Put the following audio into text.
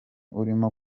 urimo